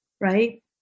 right